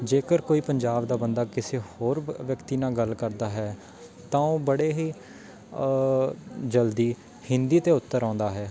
ਜੇਕਰ ਕੋਈ ਪੰਜਾਬ ਦਾ ਬੰਦਾ ਕਿਸੇ ਹੋਰ ਵ ਵਿਅਕਤੀ ਨਾਲ ਗੱਲ ਕਰਦਾ ਹੈ ਤਾਂ ਉਹ ਬੜੇ ਹੀ ਜਲਦੀ ਹਿੰਦੀ 'ਤੇ ਉੱਤਰ ਆਉਂਦਾ ਹੈ